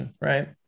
right